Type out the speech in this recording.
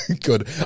Good